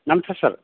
ನಮಸ್ತೆ ಸರ್